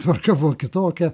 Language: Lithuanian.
tvarka buvo kitokia